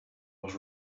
was